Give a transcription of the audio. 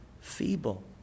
feeble